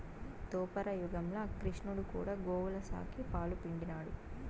దోపర యుగంల క్రిష్ణుడు కూడా గోవుల సాకి, పాలు పిండినాడు